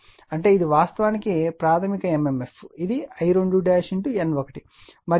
అంటే ఇది వాస్తవానికి ప్రాధమిక mmf ఇది I2 N1 మరియు ఇది ద్వితీయ mmf I2 N2